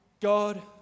God